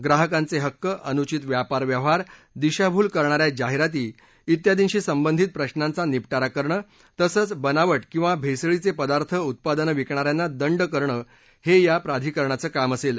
ग्राहकांचे हक्क अनुचित व्यापारव्यवहार दिशाभूल करणा या जाहिराती इत्यादींशी संबंधित प्रश्नांचा निप ौश करणं तसंच बनाव किंवा भेसळीचे पदार्थ उत्पादनं विकणा यांना दंड करणं हे या प्राधिकरणाचं काम असेल